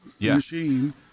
machine